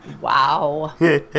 Wow